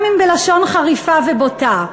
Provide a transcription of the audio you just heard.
גם אם בלשון חריפה ובוטה,